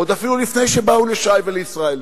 עוד אפילו לפני שבאו לשי ולישראל.